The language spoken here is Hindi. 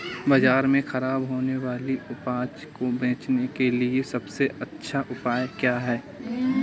बाज़ार में खराब होने वाली उपज को बेचने के लिए सबसे अच्छा उपाय क्या हैं?